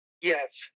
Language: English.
Yes